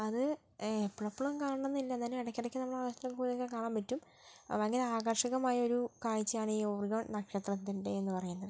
അത് എപ്പോഴും എപ്പോഴും കാണണമെന്നില്ല എന്നാൽ ഇടക്കിടക്ക് നമ്മൾ ആകാശത്ത് നോക്കി കഴിഞ്ഞാൽ കാണാൻ പറ്റും ഭയങ്കര ആകർഷകമായൊരു കാഴ്ചയാണ് ഈ ഓറിയോൺ നക്ഷത്രത്തിൻ്റെയെന്ന് പറയുന്നത്